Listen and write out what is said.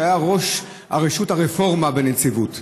שהיה ראש רשות הרפורמה בנציבות,